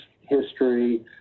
history